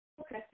Okay